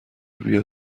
بیا